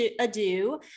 ado